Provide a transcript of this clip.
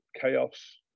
chaos